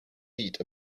beat